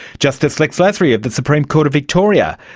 justice lex lasry of the supreme court of victoria.